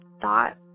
thought